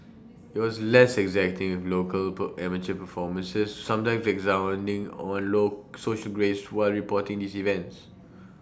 IT was less exacting with local amateur performances sometimes expounding on low social graces while reporting these events